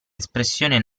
espressione